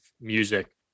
music